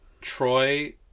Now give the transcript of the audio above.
Troy